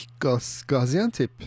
Gaziantep